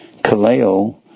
Kaleo